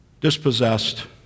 dispossessed